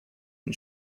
and